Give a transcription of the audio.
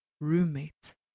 roommates